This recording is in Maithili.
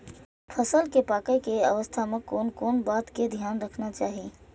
फसल के पाकैय के अवस्था में कोन कोन बात के ध्यान रखना चाही?